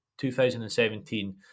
2017